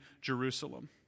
Jerusalem